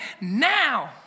now